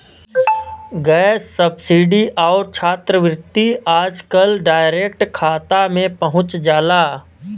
gas subsidy आउर छात्रवृत्ति आजकल डायरेक्ट खाता में पहुंच जाला